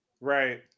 right